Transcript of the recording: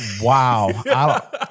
Wow